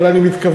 אבל אני מתכוון,